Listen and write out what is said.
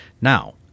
Now